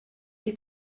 die